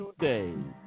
today